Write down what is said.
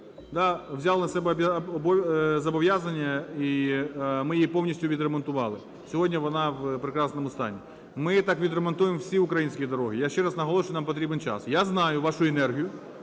взяли на себе зобов'язання, і ми її повністю відремонтували, сьогодні вона в прекрасному стані. Ми так відремонтуємо всі українські дороги. Я ще раз наголошую, нам потрібен час. Я знаю вашу енергію